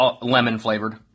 lemon-flavored